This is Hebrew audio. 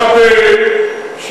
מחבל,